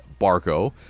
Barco